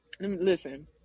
Listen